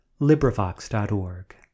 librivox.org